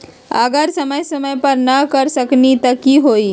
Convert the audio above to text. अगर समय समय पर न कर सकील त कि हुई?